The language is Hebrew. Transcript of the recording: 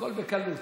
הכול בסדר.